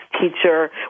teacher